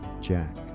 Jack